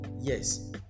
yes